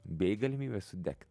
bei galimybė sudegt